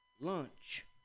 Lunch